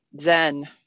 zen